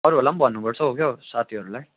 अरूहरूलाई भन्नु पर्छ हो के हो साथीहरूलाई